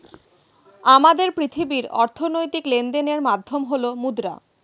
আমাদের পৃথিবীর অর্থনৈতিক লেনদেনের মাধ্যম হল মুদ্রা